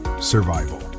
survival